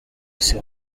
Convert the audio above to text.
isi